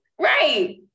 right